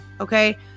Okay